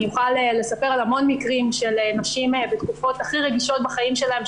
אני יכולה לספר על המון מקרים של נשים בתקופות הכי רגישות בחיים שלהן,